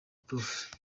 prof